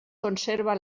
conserva